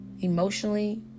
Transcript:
emotionally